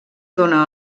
dóna